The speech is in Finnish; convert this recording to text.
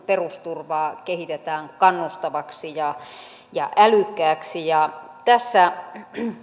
perusturvaa kehitetään kannustavaksi ja ja älykkääksi ja tässä